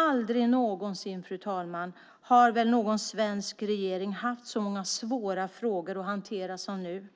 Aldrig någonsin har en svensk regering haft så många svåra frågor att hantera som nu.